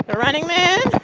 ah running man.